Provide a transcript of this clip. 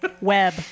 web